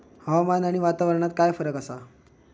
हवामान आणि वातावरणात काय फरक असा?